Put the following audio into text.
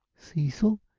cecil,